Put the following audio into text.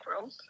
room